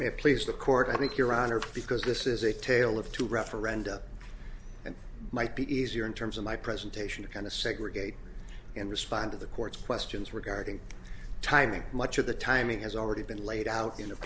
murphy please the court i think your honor because this is a tale of two referenda and might be easier in terms of my presentation to kind of segregate and respond to the court's questions regarding timing much of the timing has already been laid out in